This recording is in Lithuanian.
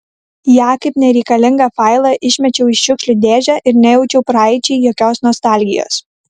ją kaip nereikalingą failą išmečiau į šiukšlių dėžę ir nejaučiau praeičiai jokios nostalgijos